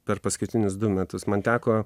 per paskutinius du metus man teko